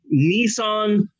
Nissan